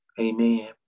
Amen